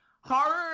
horror